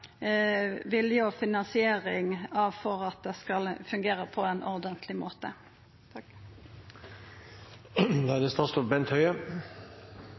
vilje til å finansiera dette for at det skal fungera på ein ordentleg måte. For det